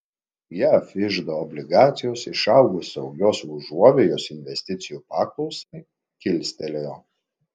jav iždo obligacijos išaugus saugios užuovėjos investicijų paklausai kilstelėjo